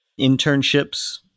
Internships